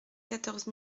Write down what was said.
quatorze